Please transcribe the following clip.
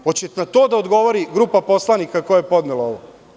Hoće na to da odgovori grupa poslanika koja je podnela ovo?